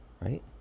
right